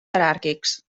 jeràrquics